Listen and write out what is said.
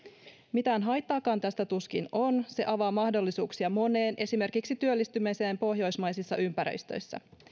mitään haittaakaan tästä tuskin on se avaa mahdollisuuksia moneen esimerkiksi työllistymiseen pohjoismaisissa ympäristöissä